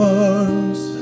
arms